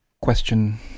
question